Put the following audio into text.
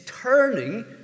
turning